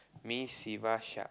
me siva Shak